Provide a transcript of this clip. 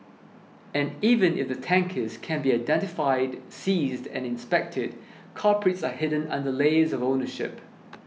and even if the tankers can be identified seized and inspected culprits are hidden under layers of ownership